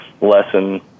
lesson